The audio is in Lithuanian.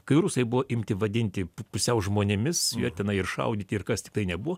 kai rusai buvo imti vadinti pusiau žmonėmis jie tenai ir šaudyti ir kas tiktai nebuvo